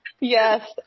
Yes